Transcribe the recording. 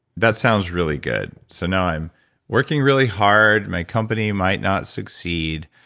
that sounds really good. so now i'm working really hard my company might not succeed.